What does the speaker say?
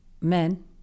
men